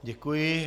Děkuji.